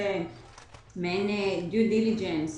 של ניירות הערך